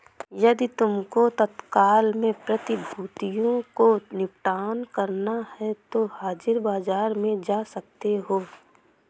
यदि तुमको तत्काल में प्रतिभूतियों को निपटान करना है तो हाजिर बाजार में जा सकते हो